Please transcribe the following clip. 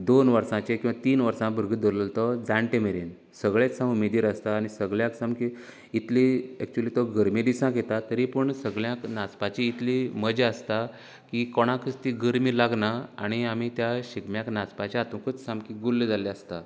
दोन वर्साचें किंवां तीन वर्सां भुरगो धरलो तो जाणटे मेरेन सगळेंच उमेदीर आसता आनी सगल्याक सामकें इतलें ऍक्चूअली तो गरमे दिसांक येता तरी पूण सगल्यांक नाचपाची इतली मजा आसता की कोणाकच ती गरमी लागना आनी आमी त्या शिगम्याक नाचपाच्या हातुकूच सामकी गुल्ल जाल्ली आसता